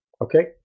Okay